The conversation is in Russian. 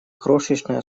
крошечная